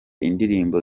indirimbo